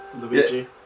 Luigi